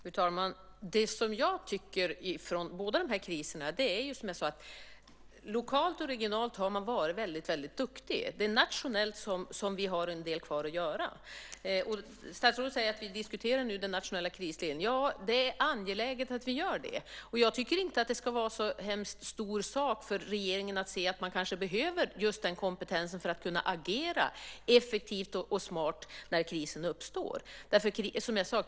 Fru talman! När det gäller båda de här kriserna har man lokalt och regionalt varit väldigt duktig. Det är nationellt som vi har en del kvar att göra. Statsrådet säger att vi diskuterar den nationella krisledningen. Det är angeläget att vi gör det. Det borde inte vara någon stor sak för regeringen att se att man behöver just den kompetensen för att kunna agera effektivt och smart när krisen uppstår.